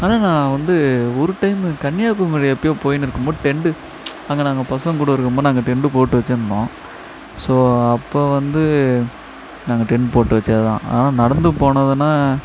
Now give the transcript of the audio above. ஆனால் நான் வந்து ஒரு டைம்மு கன்னியாகுமரி எப்பயோ போய்ன்னு இருக்கும்போது டென்டு அங்கே நாங்கள் பசங்கக்கூட இருக்கும்போது நாங்கள் டென்டு போட்டு வைச்சிருந்தோம் ஸோ அப்போது வந்து நாங்கள் டென்ட் போட்டு வைச்சதுதான் ஆனால் நடந்து போனதுனா